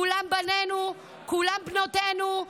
כולם בנינו, כולם בנותינו,